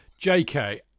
JK